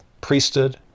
Priesthood